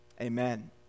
Amen